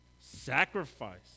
sacrifice